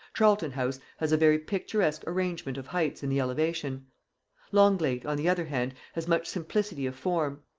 charlton-house has a very picturesque arrangement of heights in the elevation longleat, on the other hand, has much simplicity of form.